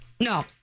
No